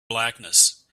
blackness